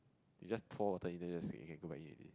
you just pour water in it then you can go back eat already